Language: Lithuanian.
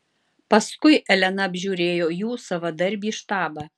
paskui elena apžiūrėjo jų savadarbį štabą